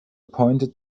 pointed